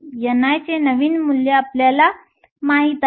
niचे नवीन मूल्य आपल्याला माहित आहे